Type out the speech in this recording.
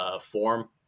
form